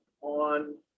on